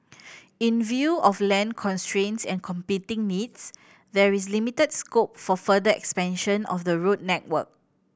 in view of land constraints and competing needs there is limited scope for further expansion of the road network